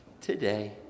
today